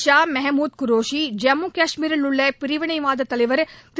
ஷா முகமது குரோஷி ஜம்மு கஷ்மீரில் உள்ள பிரிவினைவாத தலைவர் திரு